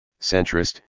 centrist